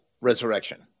resurrection